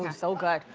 and so good.